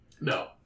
No